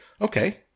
okay